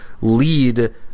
lead